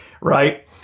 right